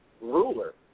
ruler